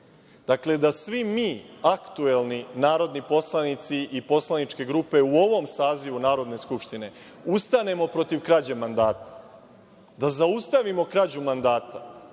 – da svi mi, aktuelni narodni poslanici i poslaničke grupe u ovom sazivu Narodne skupštine, ustanemo protiv krađe mandata, da zaustavimo krađu mandata,